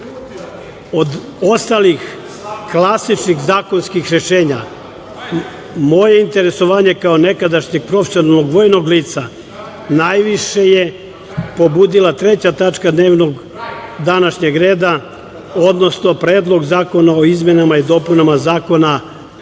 ostalih klasičnih zakonskih rešenja moje interesovanje kao nekadašnjeg profesionalnog vojnog lica najviše je pobudila treća tačka dnevnog današnjeg reda, odnosno Predlog zakona o izmenama i dopunama Zakona